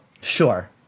Sure